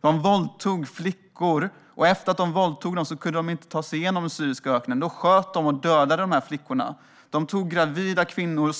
Man våldtog flickor, och efter att de hade våldtagits kunde de inte ta sig genom den syriska öknen. Då sköt man och dödade flickorna. Man spetsade gravida kvinnor.